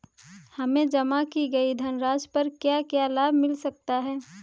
हमें जमा की गई धनराशि पर क्या क्या लाभ मिल सकता है?